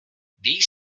these